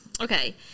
okay